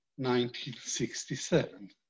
1967